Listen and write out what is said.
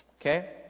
okay